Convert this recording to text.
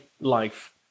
life